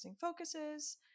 focuses